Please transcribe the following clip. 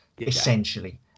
essentially